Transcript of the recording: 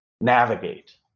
navigate